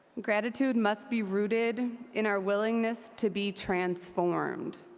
gratitude must be rooted in our willingness to be transformed.